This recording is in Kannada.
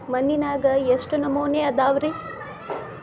ಮಣ್ಣಿನಾಗ ಎಷ್ಟು ನಮೂನೆ ಅದಾವ ರಿ?